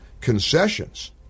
concessions